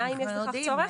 אם יש בכך צורך.